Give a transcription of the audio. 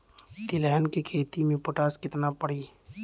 तिलहन के खेती मे पोटास कितना पड़ी?